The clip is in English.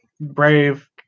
brave